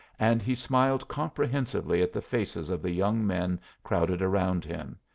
and he smiled comprehensively at the faces of the young men crowded around him.